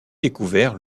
découvert